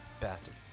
Bastard